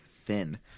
thin